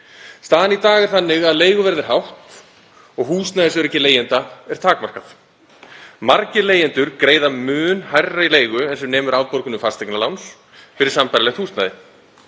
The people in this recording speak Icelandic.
Staðan í dag er þannig að leiguverð er hátt og húsnæðisöryggi leigjenda er takmarkað. Margir leigjendur greiða mun hærri leigu en sem nemur afborgunum fasteignaláns fyrir sambærilegt húsnæði.